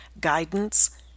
guidance